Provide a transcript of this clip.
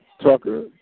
Tucker